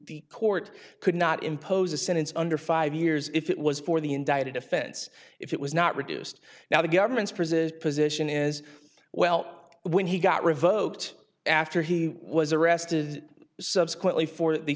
court could not impose a sentence under five years if it was for the indicted offense if it was not reduced now the government's prison position is well when he got revoked after he was arrested subsequently for the